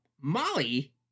Molly